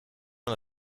una